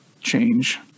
change